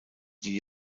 die